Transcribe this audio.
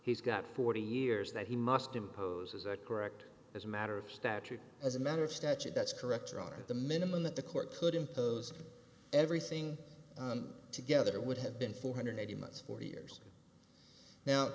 he's got forty years that he must impose is that correct as a matter of statute as a matter of statute that's correct on the minimum that the court could impose everything together would have been four hundred eighty months forty years now